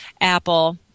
Apple